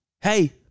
Hey